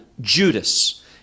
Judas